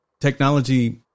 technology